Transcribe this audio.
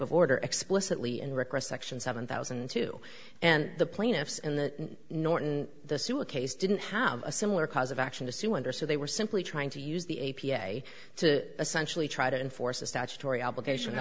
of order explicitly and request section seven thousand and two and the plaintiffs in the norton the sewer case didn't have a similar cause of action to sue under so they were simply trying to use the a p a to essentially try to enforce a statutory obligation